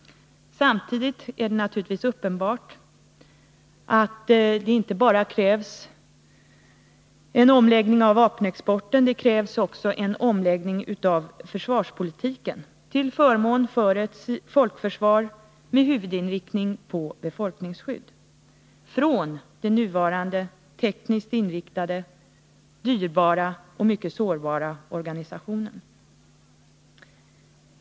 Samtidigt är det naturligtvis uppenbart att det inte bara krävs en ändring i fråga om vapenexporten. Det krävs också en omläggning av försvarspolitiken till förmån för ett folkförsvar med huvudinriktning mot ett befolkningsskydd och från den nuvarande tekniskt inriktade, dyrbara och mycket sårbara organisationen.